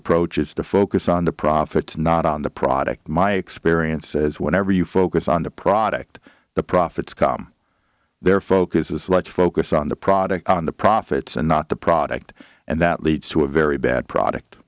approaches the focus on the profits not on the product my experience says whenever you focus on the product the profits come their focus is like focus on the product on the profits and not the product and that leads to a very bad product